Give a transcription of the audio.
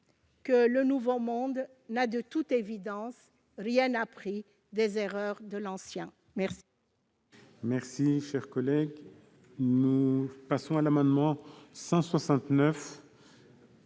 que le nouveau monde n'a de toute évidence rien appris des erreurs de l'ancien.